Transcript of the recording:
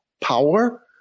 power